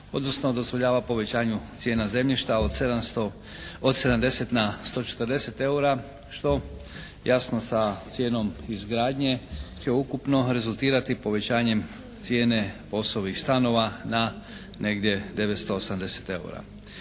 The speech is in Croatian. odnosno dozvoljava povećanju cijena zemljišta od 70 na 140 eura što jasno sa cijenom izgradnje će ukupno rezultirati povećanjem cijene POS-ovih stanova na negdje 980 eura.